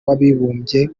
w’abibumbye